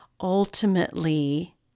ultimately